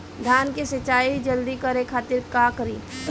धान के सिंचाई जल्दी करे खातिर का करी?